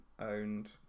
owned